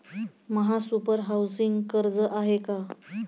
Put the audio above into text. महासुपर हाउसिंग कर्ज आहे का?